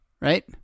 right